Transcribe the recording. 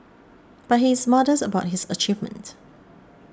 but he is modest about his achievement